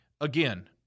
again